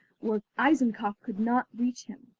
where eisenkopf could not reach him.